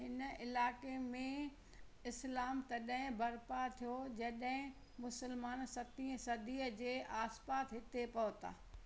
हिन इलाइके में इस्लामु तॾहिं बरिपा थियो जॾहिं मुसलमान सतरी सदीअ जे आसपास हिते पहुचा